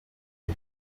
die